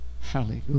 Hallelujah